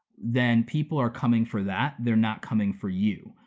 then people are coming for that, they're not coming for you.